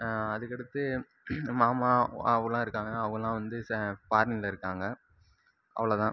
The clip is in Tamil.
அதுக்கடுத்து மாமா அவங்களெளாம் இருக்காங்கள் அவங்களாம் வந்து ஃபாரினில் இருக்காங்க அவ்வளோதான்